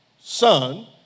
son